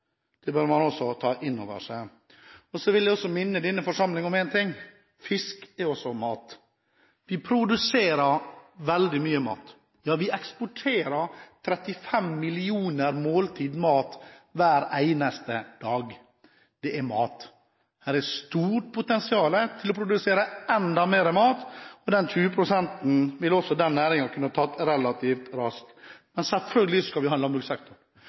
Det bør man også ta inn over seg. Så vil jeg minne denne forsamlingen om én ting: Fisk er også mat. Vi produserer veldig mye mat, ja, vi eksporterer 35 millioner måltider mat hver eneste dag. Det er mat. Det er stort potensial til å produsere enda mer mat, og de 20 pst. ville også den næringen kunne tatt relativt raskt. Men selvfølgelig skal vi